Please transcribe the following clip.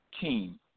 team